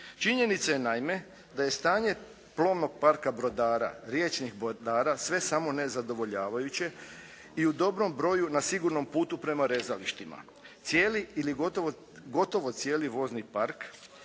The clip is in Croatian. Činjenica je naime da je stanje plovnog parka brodara, riječnih brodara sve samo ne zadovoljavajuće i u dobrom broju na sigurnom putu prema rezalištima. Cijeli ili gotovo cijeli vozni park